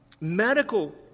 medical